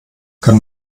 kann